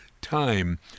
time